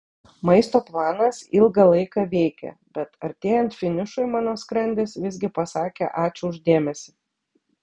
maisto planas ilgą laiką veikė bet artėjant finišui mano skrandis visgi pasakė ačiū už dėmesį